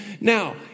Now